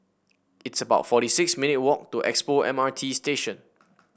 it's about forty six minute walk to Expo M R T Station